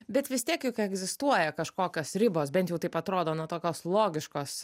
bet vis tiek juk egzistuoja kažkokios ribos bent jau taip atrodo na tokios logiškos